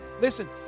Listen